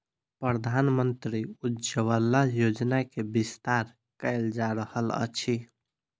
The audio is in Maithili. प्रधानमंत्री उज्ज्वला योजना के विस्तार कयल जा रहल अछि